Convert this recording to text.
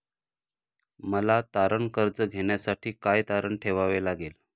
मला तारण कर्ज घेण्यासाठी काय तारण ठेवावे लागेल?